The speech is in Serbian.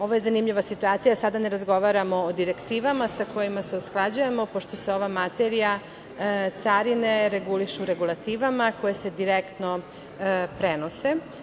Ovo je zanimljiva situacija, sada ne razgovaramo o direktivama sa kojima se usklađujemo, pošto se ova materija carine reguliše u regulativama koje se direktno prenose.